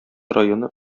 районы